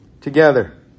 together